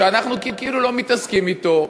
שאנחנו כאילו לא מתעסקים אתו,